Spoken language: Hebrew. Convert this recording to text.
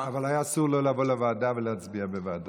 אבל היה אסור לו לבוא לוועדה ולהצביע בוועדות